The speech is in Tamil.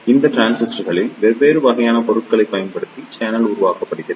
இந்த டிரான்சிஸ்டர்களில் வெவ்வேறு வகையான பொருட்களைப் பயன்படுத்தி சேனல் உருவாக்கப்படுகிறது